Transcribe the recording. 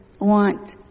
want